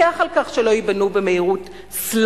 מי יפקח על כך שלא ייבנו במהירות סלאמס?